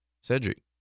Cedric